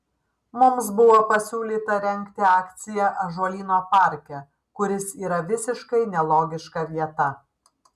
mums buvo pasiūlyta rengti akciją ąžuolyno parke kuris yra visiškai nelogiška vieta